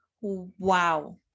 Wow